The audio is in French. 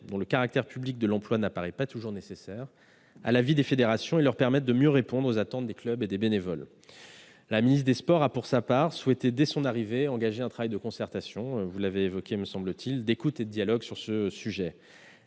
dont le caractère public de l'emploi n'apparaît pas toujours nécessaire, à la vie des fédérations et leur permettre de mieux répondre aux attentes des clubs et des bénévoles ». La ministre des sports a, pour sa part, souhaité dès son arrivée engager un travail de concertation, d'écoute et de dialogue sur ce sujet.